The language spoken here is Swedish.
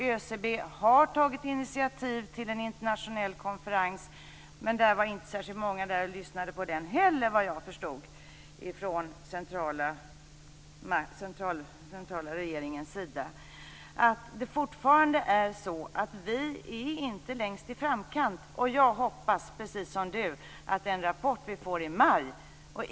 ÖCB har tagit initiativ till en internationell konferens, även om det inte var särskilt många där och lyssnade på den heller, vad jag förstod, från den centrala regeringen. Men det är fortfarande så att vi inte är längst i framkant. Jag hoppas, precis som Monica Green, på den rapport vi får i maj.